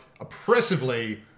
oppressively